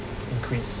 increase